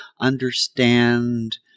understand